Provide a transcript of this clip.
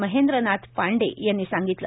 महेंद्रनाथ पांडे यांनी सांगितलं